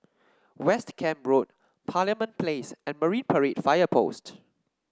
West Camp Road Parliament Place and Marine Parade Fire Post